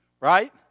right